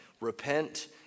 Repent